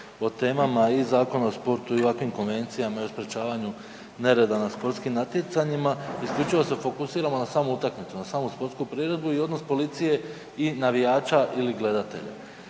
o temama i Zakon o sportu i ovakvim konvencijama i o sprječavanju nereda na sportskim natjecanjima, isključivo se fokusiramo na samu utakmicu, na samu sportsku priredbu i odnos policije i navijača ili gledatelja.